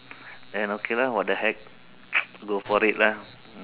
then okay lah what the heck go for it lah